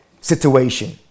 situation